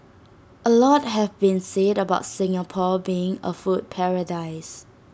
A lot has been said about Singapore being A food paradise